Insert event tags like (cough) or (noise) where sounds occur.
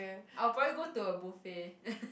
I'll probably go to a buffet (laughs)